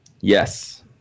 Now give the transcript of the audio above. yes